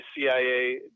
CIA